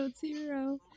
zero